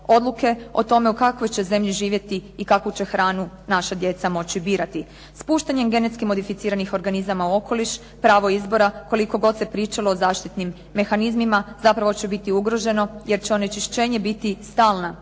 odluke o tome u kakvoj će zemlji živjeti i kakvu će hranu naša djeca moći birati. S puštanjem genetski modificiranih organizama u okoliš pravo izbora, koliko god se pričalo o zaštitnim mehanizmima, zapravo će biti ugroženo jer će onečišćenje biti stalna